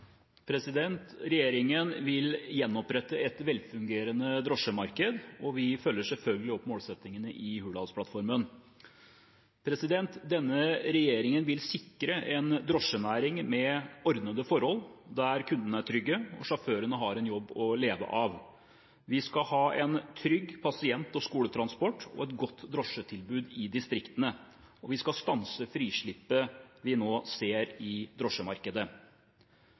Regjeringen vil gjenopprette et velfungerende drosjemarked, og vi følger selvfølgelig opp målsettingene i Hurdalsplattformen. Denne regjeringen vil sikre en drosjenæring med ordnede forhold, der kundene er trygge og sjåførene har en jobb å leve av. Vi skal ha en trygg pasient- og skoletransport og et godt drosjetilbud i distriktene, og vi skal stanse frislippet vi nå ser i drosjemarkedet.